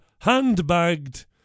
handbagged